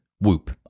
Whoop